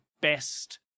best